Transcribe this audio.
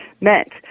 meant